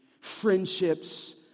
Friendships